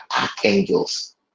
archangels